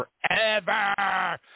forever